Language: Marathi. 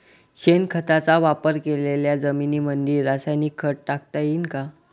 शेणखताचा वापर केलेल्या जमीनीमंदी रासायनिक खत टाकता येईन का?